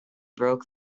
broke